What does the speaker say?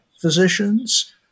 physicians